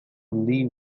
leave